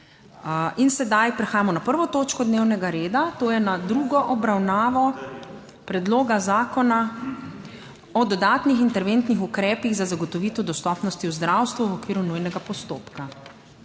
s prekinjeno 1. točko dnevnega reda, to je z drugo obravnavo Predloga zakona o dodatnih interventnih ukrepih za zagotovitev dostopnosti v zdravstvu v okviru nujnega postopka.